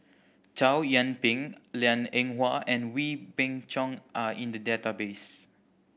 Chow Yian Ping Liang Eng Hwa and Wee Beng Chong are in the database